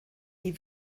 die